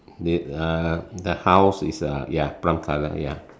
the uh the house is uh ya brown colour ya